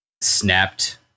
snapped